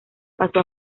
pasó